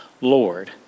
Lord